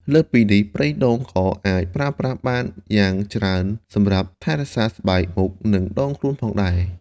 លើសពីនេះ ប្រេងដូងក៏អាចប្រើប្រាស់បានច្រើនយ៉ាងសម្រាប់ ថែរក្សាស្បែកមុខ និងដងខ្លួន ផងដែរ។